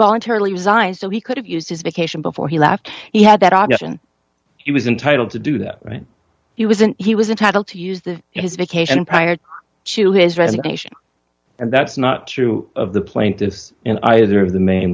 voluntarily resigned so he could have used his vacation before he left he had that option he was entitled to do that right he wasn't he was entitled to use the his vacation prior to his resignation and that's not true of the plaintiffs in either of the main